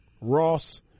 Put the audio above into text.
Ross